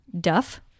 Duff